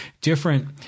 different